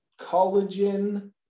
collagen